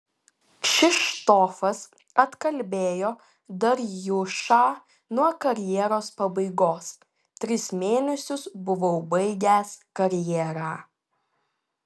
kšištofas atkalbėjo darjušą nuo karjeros pabaigos tris mėnesius buvau baigęs karjerą